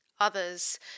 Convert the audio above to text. others